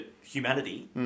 humanity